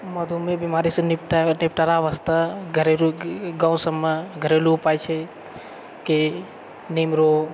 मधुमेह बिमारीसे निपटाए निपटारा वास्ते घरेलु गाँव सबमे घरेलु उपाय छै कि नीमरो